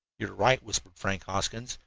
you are right, whispered frank hoskins,